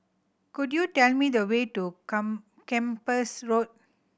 could you tell me the way to Come Kempas Road